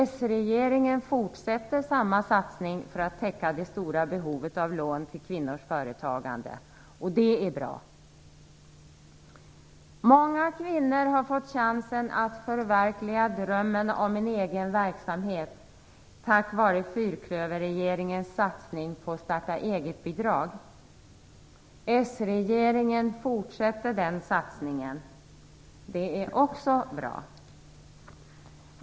S-regeringen fortsätter med samma satsning för att täcka det stora behovet av lån till kvinnors företagande, och det är bra. Många kvinnor har fått chansen att förverkliga drömmen om en egen verksamhet tack vare fyrklöverregeringens satsning på starta-eget-bidrag. S regeringen fortsätter den satsningen. Det är också bra.